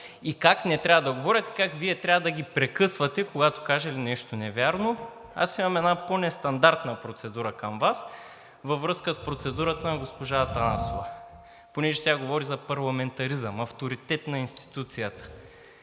и как не трябва да говорят, и как Вие трябва да ги прекъсвате, когато кажат нещо невярно. Аз имам една по-нестандартна процедура към Вас във връзка с процедурата на госпожа Атанасова, понеже тя говори за парламентаризъм, за авторитет на институцията.